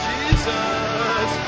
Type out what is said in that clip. Jesus